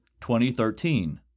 2013